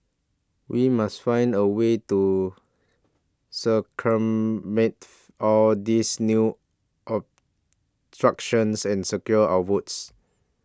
we must find a way to all these new and secure our votes